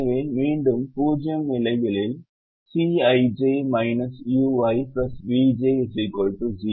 எனவே மீண்டும் 0 நிலையில் Cij ui vj 0